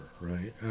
right